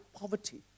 poverty